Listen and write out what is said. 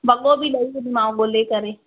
वॻो बि ॾेई वेंदीमांव ॻोल्हे करे